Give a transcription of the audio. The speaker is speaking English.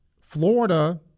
Florida –